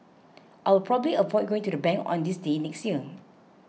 I will probably avoid going to the bank on this day next year